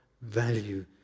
value